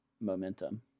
momentum